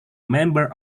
member